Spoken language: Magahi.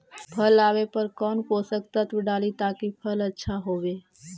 फल आबे पर कौन पोषक तत्ब डाली ताकि फल आछा होबे?